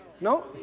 No